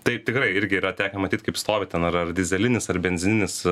tai tikrai irgi yra tekę matyt kaip stovi ten ar ar dyzelinis ar benzininis